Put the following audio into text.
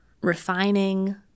refining